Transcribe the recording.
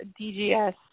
DGS